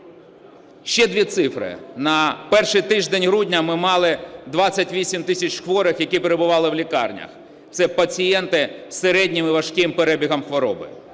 Ще дві цифри. На перший грудня ми мали 28 тисяч хворих, які перебували в лікарнях, це пацієнти з середнім і важким перебігом хвороби.